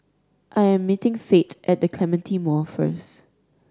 I am meeting Fate at The Clementi Mall first